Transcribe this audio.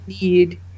Need